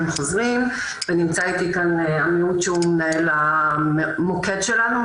נמצא איתי כאן עמיהוד שהוא מנהל המוקד שלנו,